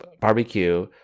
barbecue